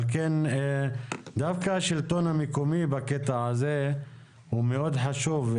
על כן דווקא השלטון המקומי בקטע הזה הוא מאוד חשוב.